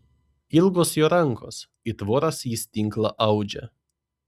ilgos jo rankos it voras jis tinklą audžia